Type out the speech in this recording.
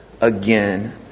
again